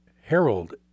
Harold